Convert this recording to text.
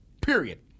period